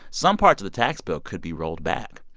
some parts of the tax bill could be rolled back.